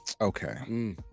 Okay